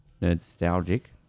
Nostalgic